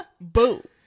Boo